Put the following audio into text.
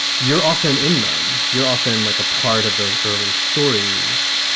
you're often in them. you're often like a part of those early stories.